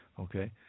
Okay